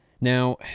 Now